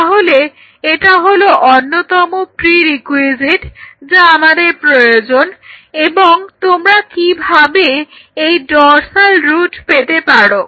তাহলে এটা হলো অন্যতম pre requisite যা আমাদের প্রয়োজন এবং তোমরা কীভাবে এই ডর্সাল রুট পেতে পারো